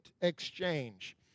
exchange